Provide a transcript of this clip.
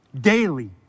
daily